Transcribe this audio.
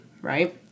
right